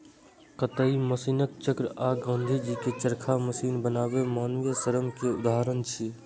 कताइ मशीनक चक्र आ गांधीजी के चरखा मशीन बनाम मानवीय श्रम के उदाहरण छियै